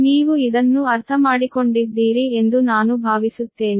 ನೀವು ಇದನ್ನು ಅರ್ಥಮಾಡಿಕೊಂಡಿದ್ದೀರಿ ಎಂದು ನಾನು ಭಾವಿಸುತ್ತೇನೆ